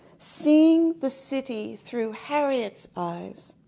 seeing the city through harriet's eyes,